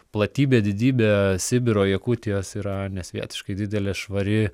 platybė didybė sibiro jakutijos yra nesvietiškai didelė švari